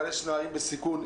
אבל יש נערים בסיכון,